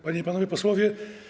Panie i Panowie Posłowie!